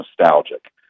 nostalgic